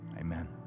Amen